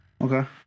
Okay